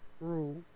rule